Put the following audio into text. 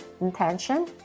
intention